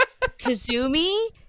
Kazumi